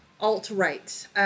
Alt-right